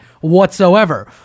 whatsoever